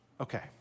Okay